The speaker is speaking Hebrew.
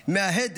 מההדף